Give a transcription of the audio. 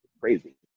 crazy